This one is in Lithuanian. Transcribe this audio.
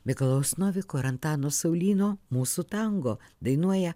mikalojaus noviko ir antano saulyno mūsų tango dainuoja